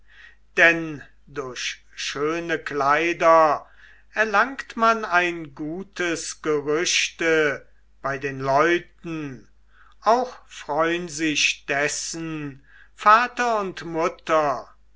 denn durch schöne kleider erlangt man ein gutes gerüchte bei den leuten auch freun sich dessen vater und mutter